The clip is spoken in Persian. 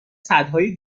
سدهای